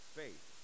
faith